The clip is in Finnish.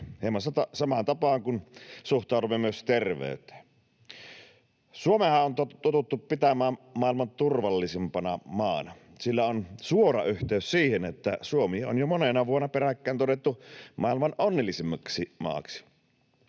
hieman samaan tapaan kuin suhtaudumme myös terveyteen. Suomeahan on totuttu pitämään maailman turvallisimpana maana. Sillä on suora yhteys siihen, että Suomi on jo monena vuonna peräkkäin todettu maailman onnellisimmaksi maaksi.